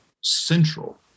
central